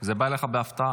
זה בא לך בהפתעה.